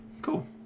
cool